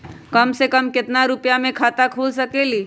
कम से कम केतना रुपया में खाता खुल सकेली?